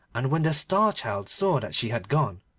and when the star-child saw that she had gone,